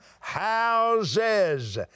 houses